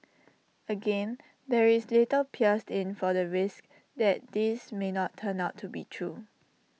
again there is little pierced in for the risk that this may not turn out to be true